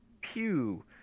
pew